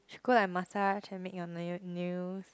should go and massage and make your na~ nails